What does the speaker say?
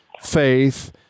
faith